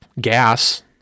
gas